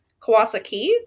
Kawasaki